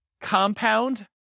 compound